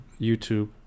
YouTube